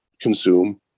consume